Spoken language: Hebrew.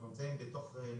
אנחנו נמצאים בתוך נקודות,